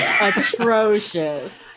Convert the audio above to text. atrocious